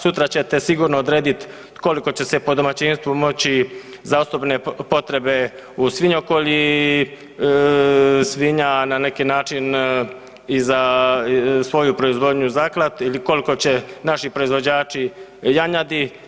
Sutra ćete sigurno odredit koliko će se po domaćinstvu moći za osobne potrebe u svinjokolji svinja na neki način i za svoju proizvodnju zaklat ili kolko će naši proizvođači janjadi.